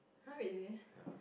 [huh] really